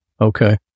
Okay